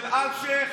של אלשיך